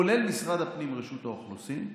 כולל משרד הפנים ורשות האוכלוסין,